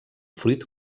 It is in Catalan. fruit